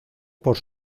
por